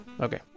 Okay